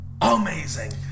amazing